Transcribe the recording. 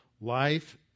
life